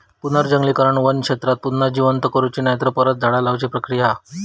पुनर्जंगलीकरण वन क्षेत्रांका पुन्हा जिवंत करुची नायतर परत झाडा लाऊची प्रक्रिया हा